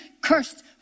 cursed